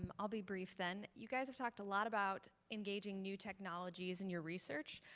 um i'll be brief then. you guys have talked a lot about engaging new technologies in your research.